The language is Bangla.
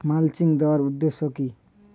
মালচিং দেওয়ার উদ্দেশ্য কি?